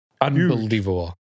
unbelievable